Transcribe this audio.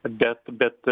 bet bet